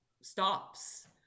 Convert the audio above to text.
stops